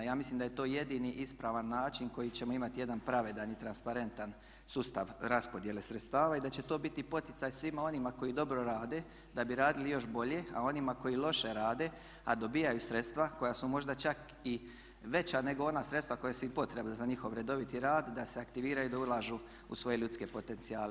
Ja mislim da je to jedini ispravan način koji ćemo imati jedan pravedan i transparentan sustav raspodjele sredstava i da će to biti poticaj svima onima koji dobro rade da bi radili još bolje, a onima koji loše rade a dobivaju sredstva koja su možda čak i veća nego ona sredstva koja su im potrebna za njihov redoviti rad da se aktiviraju i da ulažu u svoje ljudske potencijale.